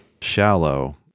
shallow